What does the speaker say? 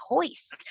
choice